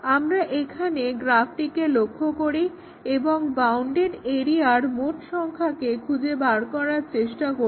আমরা এখানে গ্রাফটিকে লক্ষ্য করি এবং বাউন্ডেড এরিয়ার মোট সংখ্যাকে খুঁজে বের করতে চেষ্টা করি